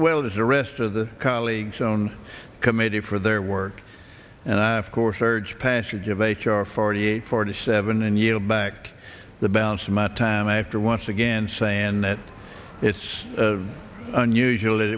well as the rest of the colleagues own committee for their work and i of course urge passage of h r forty eight forty seven and yield back the balance of my time after once again saying that it's unusual that